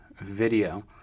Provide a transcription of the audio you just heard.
video